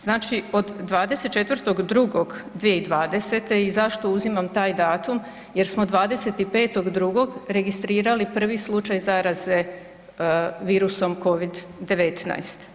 Znači od 24.2.2020. i zašto uzimam taj datum jer smo 25.2. registrirali prvi slučaj zaraze virusom Covid-19.